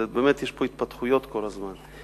באמת יש פה התפתחויות כל הזמן.